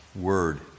word